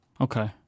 Okay